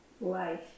life